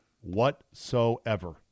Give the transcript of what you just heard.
whatsoever